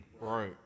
Right